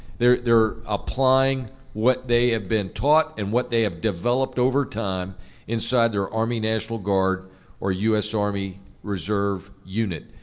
there are applying what they have been taught and what they have developed over time inside their army national guard or u s. army reserve unit.